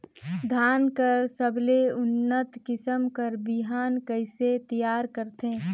धान कर सबले उन्नत किसम कर बिहान कइसे तियार करथे?